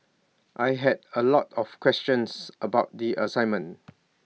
I had A lot of questions about the assignment